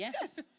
Yes